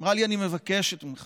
היא אמרה לי: אני מבקשת ממך,